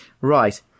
Right